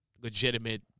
legitimate